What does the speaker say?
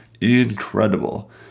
incredible